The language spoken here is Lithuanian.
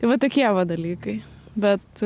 vat tokie va dalykai bet